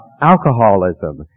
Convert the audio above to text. alcoholism